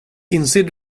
inser